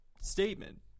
statement